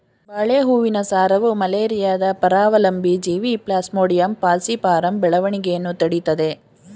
ಬಾಳೆ ಹೂವಿನ ಸಾರವು ಮಲೇರಿಯಾದ ಪರಾವಲಂಬಿ ಜೀವಿ ಪ್ಲಾಸ್ಮೋಡಿಯಂ ಫಾಲ್ಸಿಪಾರಮ್ ಬೆಳವಣಿಗೆಯನ್ನು ತಡಿತದೇ